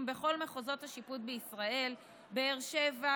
בכל מחוזות השיפוט בישראל: בבאר שבע,